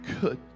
Good